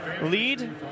lead